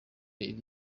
iri